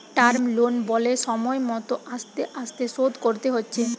term loan বলে সময় মত আস্তে আস্তে শোধ করতে হচ্ছে